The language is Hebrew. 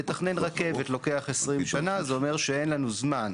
לתכנן רכבת לוקח 20 שנה, זה אומר שאין לנו זמן.